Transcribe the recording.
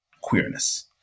queerness